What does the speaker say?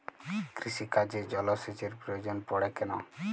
কৃষিকাজে জলসেচের প্রয়োজন পড়ে কেন?